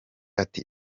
ati